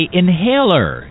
inhaler